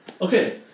Okay